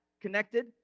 connected